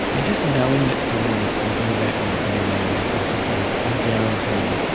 and just knowing that someone is thinking about you and sending you a nice message will, i guarantee,